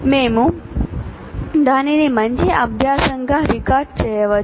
మేము దానిని మంచి అభ్యాసంగా రికార్డ్ చేయవచ్చు